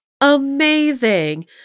amazing